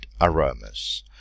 aromas